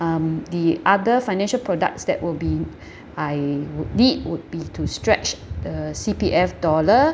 um the other financial products that will be I would need would be to stretch the C_P_F dollar